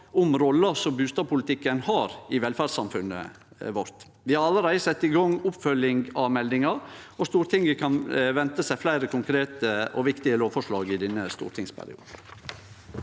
om rolla som bustadpolitikken har i velferdssamfunnet vårt. Vi har allereie sett i gang oppfølging av meldinga, og Stortinget kan vente seg fleire konkrete og viktige lovforslag i denne stortingsperioden.